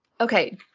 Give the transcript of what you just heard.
Okay